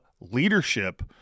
leadership